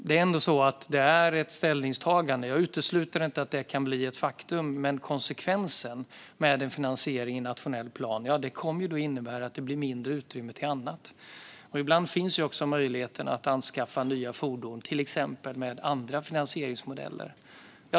Det är ändå så att det är ett ställningstagande. Jag utesluter inte att detta kan bli ett faktum, men finansiering i nationell plan kommer att innebära att det som konsekvens blir mindre utrymme till annat. Ibland finns möjligheten att anskaffa till exempel nya fordon med andra finansieringsmodeller.